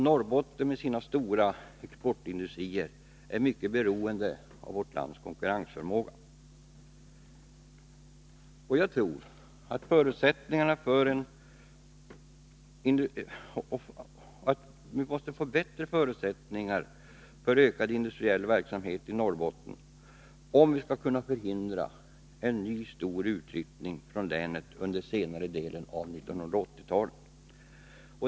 Norrbotten med sina stora exportindustrier är mycket beroende av vårt lands konkurrensförmåga. Jag tror att vi måste få bättre förutsättningar för ökad industriell verksamhet i Norrbotten, om vi skall kunna förhindra en ny stor utflyttning från länet under senare delen av 1980-talet.